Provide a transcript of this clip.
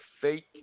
fake